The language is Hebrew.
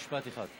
משפט אחד.